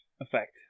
effect